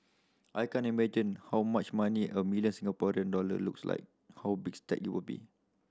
I can't imagine how much money a million Singaporean dollar looks like how big a stack it will be